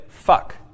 fuck